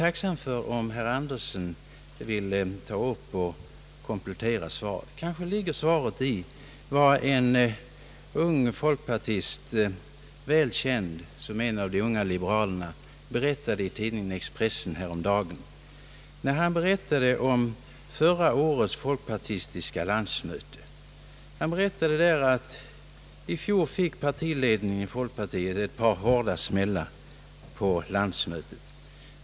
tacksam om herr Andersson vill komplettera vad jag nu kommer att anföra i vad en ung folkpartist, välkänd som en av de unga liberalerna, berättade i tidningen Expressen häromdagen. Hans redogörelse gällde förra årets folkpartistiska landsmöte, där partiledningen enligt skildringen fick utstå ett par hårda motgångar.